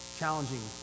challenging